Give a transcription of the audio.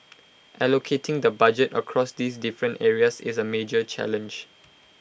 allocating the budget across these different areas is A major challenge